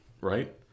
right